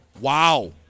Wow